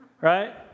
right